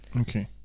Okay